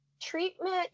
treatment